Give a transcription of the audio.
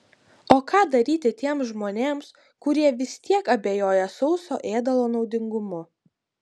o ką daryti tiems žmonėms kurie vis tiek abejoja sauso ėdalo naudingumu